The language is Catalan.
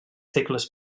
segles